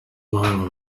mpamvu